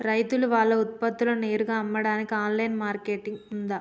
రైతులు వాళ్ల ఉత్పత్తులను నేరుగా అమ్మడానికి ఆన్లైన్ మార్కెట్ ఉందా?